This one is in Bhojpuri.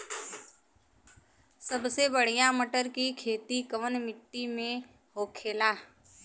सबसे बढ़ियां मटर की खेती कवन मिट्टी में होखेला?